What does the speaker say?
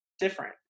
Different